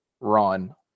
run